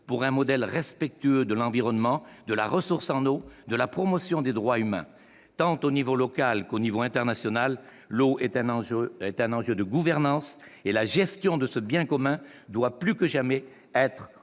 pour un modèle respectueux de l'environnement, de la ressource en eau, de la promotion des droits humains. Au niveau tant local qu'international, l'eau est un enjeu de gouvernance et la gestion de ce bien commun doit plus que jamais être au service